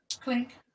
Clink